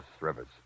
Rivers